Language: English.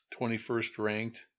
21st-ranked